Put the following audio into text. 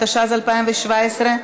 התשע"ז 2017,